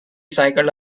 cycled